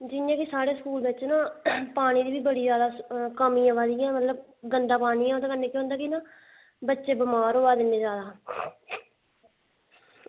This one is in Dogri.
जियां की साढ़े स्कूल बिच ना पानी दी ओह् जादा कमीं आवा दी मतलब गंदा पानी ऐ ते ओह्दे कन्नै ओह् होंदा ना बच्चे बमार होआ दे इन्ने जादा